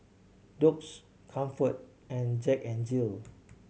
Doux Comfort and Jack N Jill